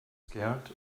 scared